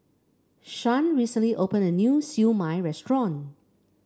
Shan recently opened a new Siew Mai restaurant